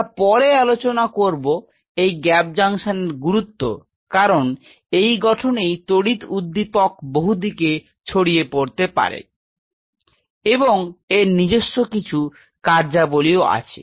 আমরা পরে আলোচনা করব এই গ্যাপ জংশনের গুরুত্ব কারন এই গঠনেই তড়িৎ উদ্দীপক বহুদিকে ছরিয়ে পড়তে পারে এবং এর নিজস্ব কিছু কার্যাবলীও আছে